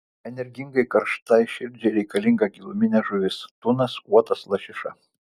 energingai karštai širdžiai reikalinga giluminė žuvis tunas uotas lašiša